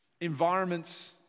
Environments